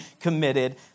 committed